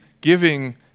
giving